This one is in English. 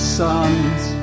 sons